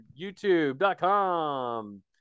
YouTube.com